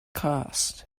cost